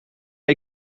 een